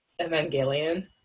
Evangelion